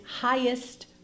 highest